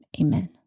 amen